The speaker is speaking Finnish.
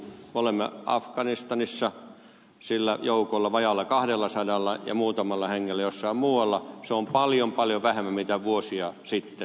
olemme afganistanissa sillä joukolla vajaalla kahdella sadalla ja muutamalla hengellä jossain muualla se on paljon paljon vähemmän kuin vuosia sitten